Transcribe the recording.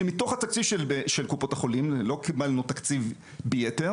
שהיא מתוך התקציב של קופות החולים לא קיבלנו תקציב ביתר,